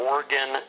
Oregon